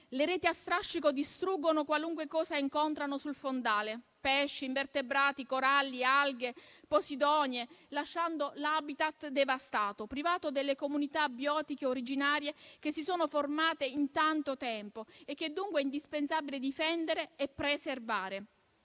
Le reti a strascico distruggono qualunque cosa incontrino sul fondale: pesci, invertebrati, coralli, alghe, posidonie, lasciando l'*habitat* devastato, privato delle comunità biotiche originarie che si sono formate in tanto tempo e che dunque è indispensabile difendere e preservare.